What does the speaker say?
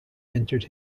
entered